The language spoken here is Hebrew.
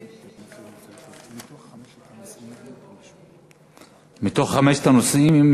אני נרשמתי בחלק שלנו פה, מתוך חמשת הנושאים.